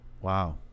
wow